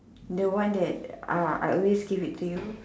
the one that uh I always give it to you